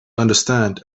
understand